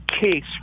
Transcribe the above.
case